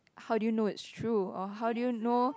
how do you know it's true or how do you know